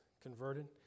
converted